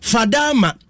Fadama